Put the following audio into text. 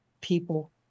People